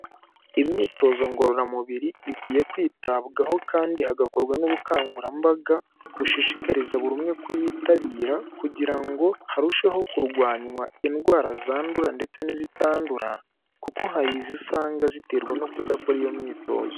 Imyitozo ngororamubiri ikwiye kwitabwaho kandi hagakorwa n'ubukangurambaga bushishikariza buri umwe kuyitabira kugira ngo harusheho kurwanywa indwara zandura ndetse n'izitandura, kuko hari izo usanga ziterwa no kudakora iyo myitozo.